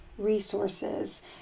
resources